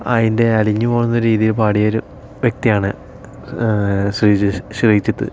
അതിൻ്റെ അലിഞ്ഞു പോകുന്ന രീതിയിൽ പാടിയ ഒരു വ്യക്തിയാണ് ശ്രീജിഷ് ശ്രീജിത്ത്